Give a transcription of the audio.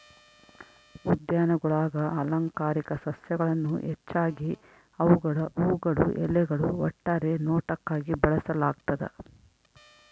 ಉದ್ಯಾನಗುಳಾಗ ಅಲಂಕಾರಿಕ ಸಸ್ಯಗಳನ್ನು ಹೆಚ್ಚಾಗಿ ಅವುಗಳ ಹೂವುಗಳು ಎಲೆಗಳು ಒಟ್ಟಾರೆ ನೋಟಕ್ಕಾಗಿ ಬೆಳೆಸಲಾಗ್ತದ